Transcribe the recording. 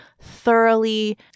thoroughly